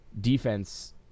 defense